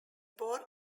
born